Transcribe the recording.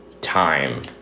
time